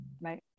Right